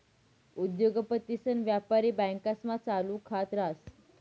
उद्योगपतीसन व्यापारी बँकास्मा चालू खात रास